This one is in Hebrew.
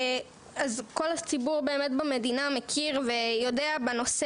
אז כל הציבור במדינה יודע ומכיר בנושא.